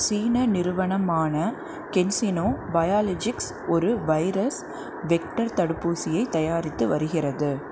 சீன நிறுவனமான CanSino Biologics virus வைரஸ் வெக்டர் தடுப்பூசியை தயாரித்து வருகிறது